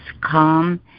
calm